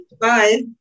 bye